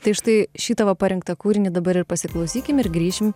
tai štai šį tavo parinktą kūrinį dabar ir pasiklausykim ir grįšim